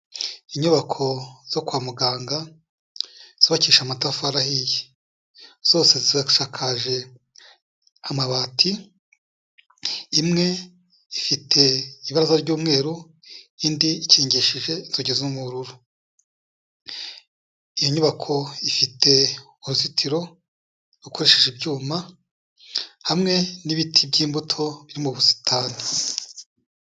Inyubako zo kwa muganga zubakisha amatafari ahiye. Zose zisakaje amabati, imwe ifite ibiraza ry'umweru, indi ikingishije inzugi zirimo ubururu. Iyo inyubako ifite uruzitiro rukoresheje ibyuma hamwe n'ibiti by'imbuto biri mu busitani.